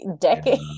decade